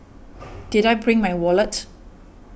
did I bring my wallet